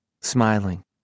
smiling